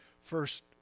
first